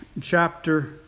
chapter